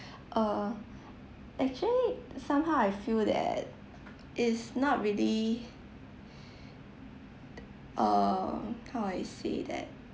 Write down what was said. err actually somehow I feel that is not really err how I say that